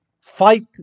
fight